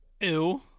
Ew